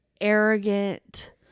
arrogant